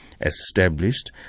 established